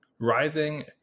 rising